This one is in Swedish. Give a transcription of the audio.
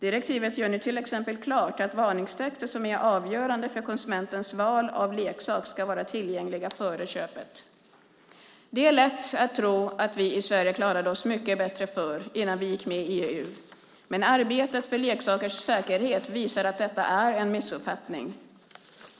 Direktivet gör nu till exempel klart att varningstexter som är avgörande för konsumentens val av leksak ska vara tillgängliga före köpet. Det är lätt att tro att vi i Sverige klarade oss mycket bättre förr, innan vi gick med i EU. Men arbetet för leksakers säkerhet visar att detta är en missuppfattning.